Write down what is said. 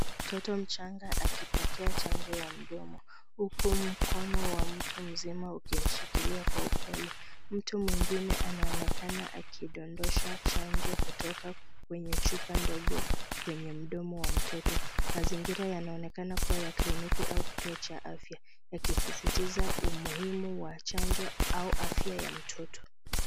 Mtoto changa akpokea chanjo ya mdomo huku mkono wa mtu mzima ukimshikilia kwa upole. Mtu mwengine anaonekana akidondosha chanjo kutoka kwenye chupa ndogo kwenye mdomo wa mtoto. Mazingira yanaonekana kuwa ya kliniki au kituo cha afya yakisisitiza umuhimu wa chanjo aua afya ya mtoto.